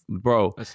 bro